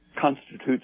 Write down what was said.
constitutes